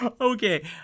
Okay